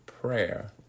prayer